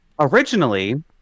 Originally